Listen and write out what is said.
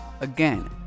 Again